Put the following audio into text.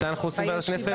מתי ועדת הכנסת?